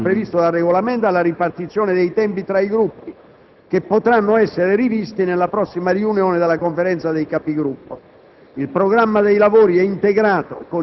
Per la legge comunitaria si è proceduto, come previsto dal Regolamento, alla ripartizione dei tempi tra i Gruppi, che potranno essere rivisti nella prossima riunione della Conferenza dei Capigruppo.